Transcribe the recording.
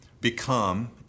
become